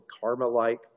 karma-like